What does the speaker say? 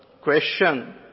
question